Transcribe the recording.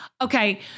okay